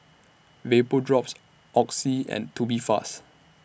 Vapodrops Oxy and Tubifast